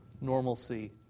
normalcy